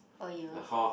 !aiyo!